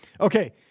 Okay